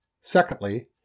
secondly